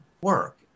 work